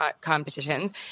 competitions